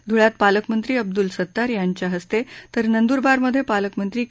धुळ्यात पालकमंत्री अब्दुल सत्तार यांच्या हस्ते तर नंदुरबारमध्ये पालकमंत्री के